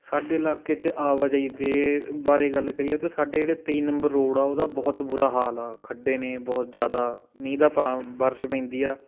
ਸਾਡੇ ਇਲਾਕੇ 'ਚ ਆਵਾਜਾਈ ਦੇ ਬਾਰੇ ਗੱਲ ਕਰੀਏ ਤਾਂ ਸਾਡੇ ਜਿਹੜੇ ਤੇਈ ਨੰਬਰ ਰੋਡ ਆ ਉਹਦਾ ਬਹੁਤ ਬੁਰਾ ਹਾਲ ਆ ਖੱਡੇ ਨੇ ਬਹੁਤ ਜ਼ਿਆਦਾ ਮੀਂਹ ਦਾ ਪਾ ਬਾਰਿਸ਼ ਪੈਂਦੀ ਆ